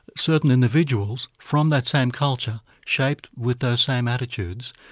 certain individuals from that same culture, shaped with those same attitudes,